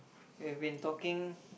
we've been talking